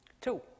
Two